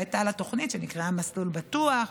שהייתה לה תוכנית שנקראה "מסלול בטוח",